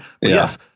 Yes